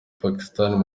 pakistan